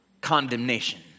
condemnation